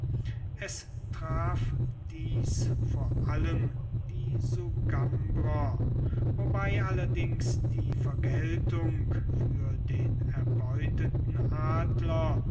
es traf dies vor allem die sugambrer wobei allerdings die vergeltung für den erbeuteten adler